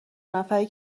نفری